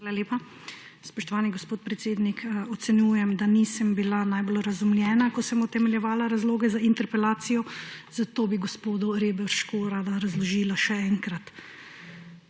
Hvala lepa. Spoštovani gospod predsednik, ocenjujem, da nisem bila najbolje razumljena, ko sem utemeljevala razloge za interpelacijo, zato bi gospodu Reberšku rada razložila še enkrat.